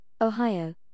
Ohio